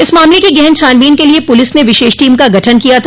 इस मामले की गहन छानबीन के लिए पुलिस ने विशेष टीम का गठन किया था